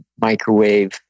microwave